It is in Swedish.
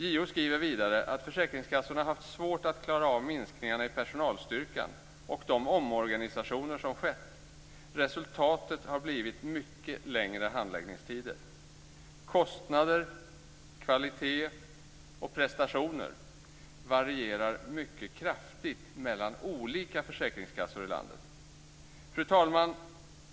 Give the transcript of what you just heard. JO skriver vidare att försäkringskassorna haft svårt att klara av minskningarna i personalstyrkan och de omorganisationer som skett. Resultatet har blivit mycket längre handläggningstider. Kostnader, kvalitet och prestationer varierar mycket kraftigt mellan olika försäkringskassor i landet. Fru talman!